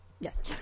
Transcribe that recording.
Yes